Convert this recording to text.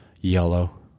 yellow